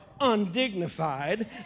undignified